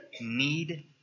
need